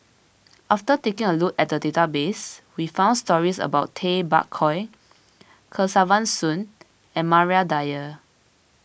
after taking a look at the database we found stories about Tay Bak Koi Kesavan Soon and Maria Dyer